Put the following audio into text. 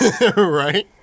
Right